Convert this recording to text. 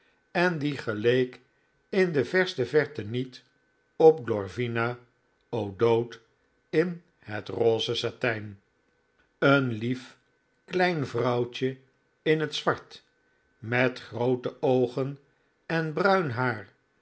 en die geleek in de verste verte niet op glorvina o'dowd in het rose satijn een lief klein vrouwtje in het zwart met groote oogen en bruin haar